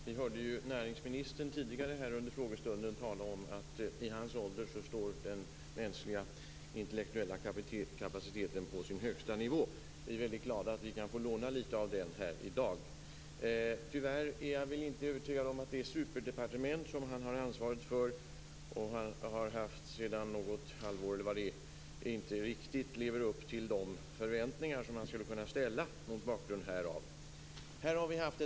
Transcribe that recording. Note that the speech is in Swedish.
Herr talman! Vi hörde näringsministern tidigare under frågestunden tala om att vid hans ålder står den mänskliga intellektuella kapaciteten på sin högsta nivå. Vi är glada att vi kan få låna lite av den här i dag. Tyvärr är jag inte övertygad om att det superdepartement som näringsministern har ansvar för, och som han har haft ansvar för i något halvår, riktigt lever upp till de förväntningar man skulle kunna ha mot bakgrund av detta.